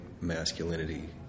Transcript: masculinity